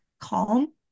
calm